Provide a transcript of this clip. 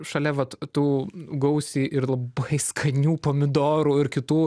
šalia vat tų gausiai ir labai skanių pomidorų ir kitų